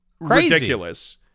ridiculous